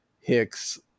Hicks